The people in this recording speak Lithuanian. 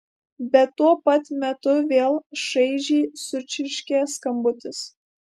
bet tuo pat metu vėl šaižiai sučirškė skambutis